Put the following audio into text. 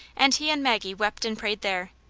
and he and maggie wept and prayed there.